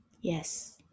yes